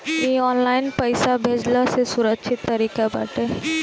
इ ऑनलाइन पईसा भेजला से सुरक्षित तरीका बाटे